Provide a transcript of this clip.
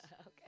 Okay